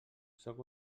sóc